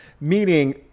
meaning